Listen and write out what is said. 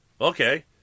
Okay